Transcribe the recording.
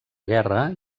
guerra